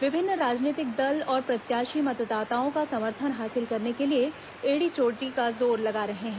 विभिन्न राजनीतिक दल और प्रत्याशी मतदाताओं का समर्थन हासिल करने के लिए एड़ी चोटी का जोर लगा रहे हैं